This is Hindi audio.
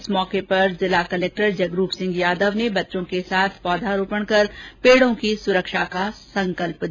इस मौके पर जिला कलेक्टर जगरूप सिंह यादव ने बच्चों के साथ पौधरोपण कर पेड़ों की सुरक्षा का संकल्प लिया